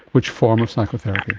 which form of psychotherapy?